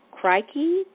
crikey